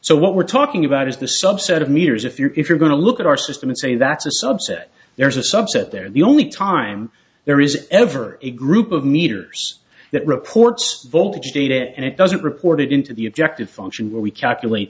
so what we're talking about is the subset of meters if you're if you're going to look at our system and say that's a subset there's a subset there the only time there is ever a group of meters that reports voltage data and it doesn't report it into the objective function where we calculate